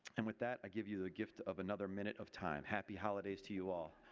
and with that, i give you a gift of another minute of time. happy holidays to you all.